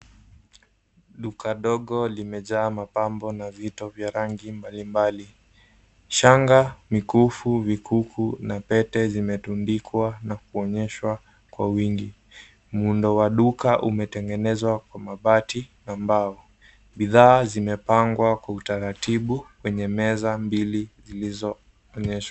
Duka dogo limejaa mapambo na vito vya rangi mbalimbali. Shanga, mikufu, vikuku na pete zimetundikwa na kuonyeshwa kwa wingi. Muundo wa duka umetengenezwa kwa mabati na mbao. Bidhaa zimepangwa kwa utaratibu kwenye meza mbili zilizo...